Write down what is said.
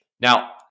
Now